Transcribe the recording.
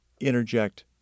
interject